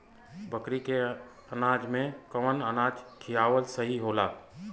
बकरी के अनाज में कवन अनाज खियावल सही होला?